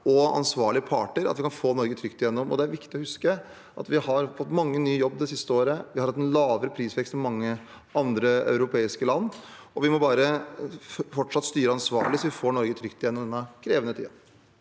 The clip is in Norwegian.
og ansvarlige parter, kan vi få Norge trygt igjennom. Det er viktig å huske at vi har fått mange nye i jobb det siste året, vi har hatt en lavere prisvekst enn mange andre europeiske land, og vi må fortsatt styre ansvarlig hvis vi skal få Norge trygt igjennom denne krevende tiden.